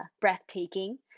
breathtaking